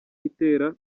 itera